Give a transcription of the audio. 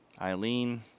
Eileen